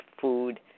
food